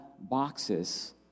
boxes